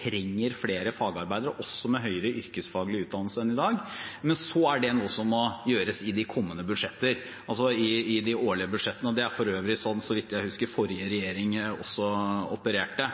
trenger flere fagarbeidere også med høyere yrkesfaglig utdannelse enn i dag. Men det er noe som må gjøres i de kommende budsjettene, altså i de årlige budsjettene. Det er for øvrig også sånn, så vidt jeg husker, den forrige regjering opererte